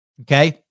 Okay